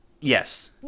Yes